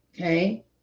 Okay